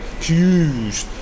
huge